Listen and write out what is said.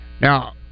Now